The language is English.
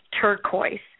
turquoise